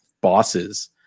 bosses